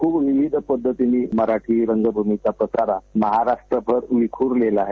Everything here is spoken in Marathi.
खूप विविध पद्धतीनं मराठी रंगभूमीचा पसारा महाराष्ट्रभर विखुरलेला आहे